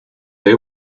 they